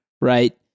right